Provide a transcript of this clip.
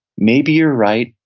maybe you're right,